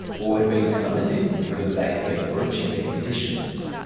or had been summoned in because they had been breaching their conditions.